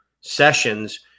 sessions